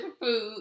food